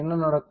என்ன நடக்கும்